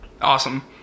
awesome